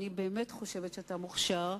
אני באמת חושבת שאתה מוכשר: